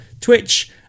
twitch